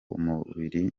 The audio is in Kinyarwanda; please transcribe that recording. umubiri